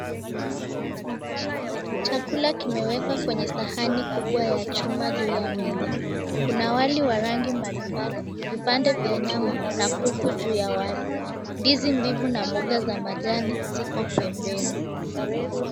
Chakula kimewekwa kwenye sahani ya chuma juu ya meza. Kuna wali wa rangi mbalimbali, vipande vya nyama na kuku juu ya wali ndizi mbivu na mboga za majani ziko pembeni.